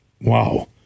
wow